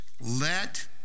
Let